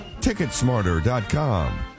TicketSmarter.com